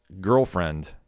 girlfriend